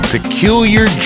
Peculiar